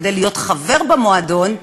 כדי להיות חבר במועדון,